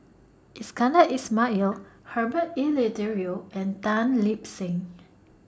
Iskandar Ismail Herbert Eleuterio and Tan Lip Seng